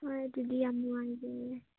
ꯍꯣꯏ ꯑꯗꯨꯗꯤ ꯌꯥꯝ ꯅꯨꯡꯉꯥꯏꯖꯔꯦ